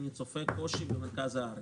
אני צופה קושי במיוחד במרכז הארץ.